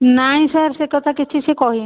ନାଇ ସାର୍ ସେକଥା କିଛି ସେ କହିନି